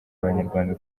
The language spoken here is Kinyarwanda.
abanyarwanda